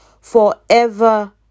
forever